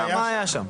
מה היה שם?